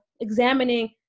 examining